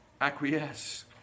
acquiesce